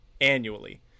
annually